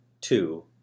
Two